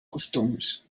costums